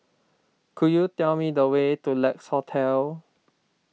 could you tell me the way to Lex Hotel